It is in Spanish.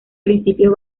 principios